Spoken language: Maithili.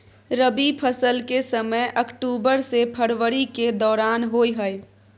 रबी फसल के समय अक्टूबर से फरवरी के दौरान होय हय